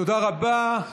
תודה רבה.